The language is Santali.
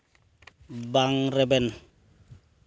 ᱵᱟᱝ ᱨᱮᱵᱮᱱ